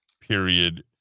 period